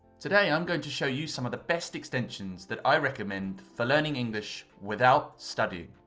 today, i'm going to show you some of the best extensions that i recommend for learning english without studying.